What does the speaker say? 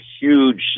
huge